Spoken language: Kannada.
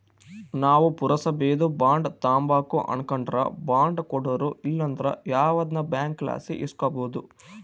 ನಾವು ಪುರಸಬೇದು ಬಾಂಡ್ ತಾಂಬಕು ಅನಕಂಡ್ರ ಬಾಂಡ್ ಕೊಡೋರು ಇಲ್ಲಂದ್ರ ಯಾವ್ದನ ಬ್ಯಾಂಕ್ಲಾಸಿ ಇಸ್ಕಬೋದು